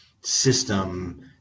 system